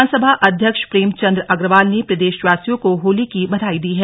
विधानसभा अध्यक्ष प्रेम चंद अग्रवाल ने प्रदेशवासियों को होली की बधाई दी है